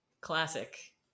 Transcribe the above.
classic